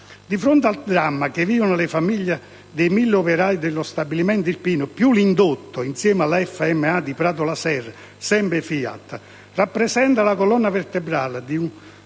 Di fronte al dramma che vivono le famiglie dei mille operai dello stabilimento irpino che, con l'indotto e la FMA di Pratola Serra (sempre FIAT), rappresenta la colonna vertebrale